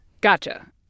Gotcha